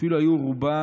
"אפילו היו רובה,